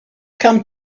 come